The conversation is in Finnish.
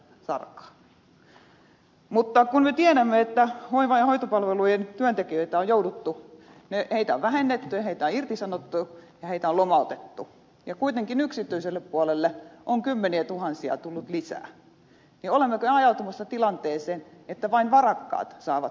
kun me tiedämme että hoiva ja hoitopalvelujen työntekijöitä on vähennetty ja irtisanottu ja lomautettu ja kuitenkin yksityiselle puolelle on kymmeniätuhansia tullut lisää niin olemmeko ajautumassa tilanteeseen että vain varakkaat saavat hoitoa